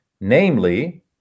Namely